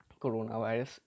coronavirus